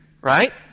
right